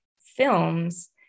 films